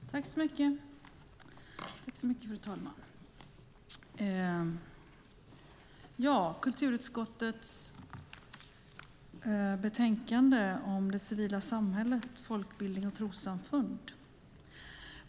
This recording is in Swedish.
Fru talman! Vi debatterar kulturutskottets betänkande om det civila samhället, folkbildning och trossamfund.